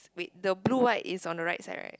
wait the blue white is on the right side right